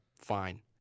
fine